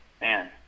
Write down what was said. Man